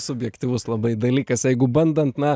subjektyvus labai dalykas jeigu bandant na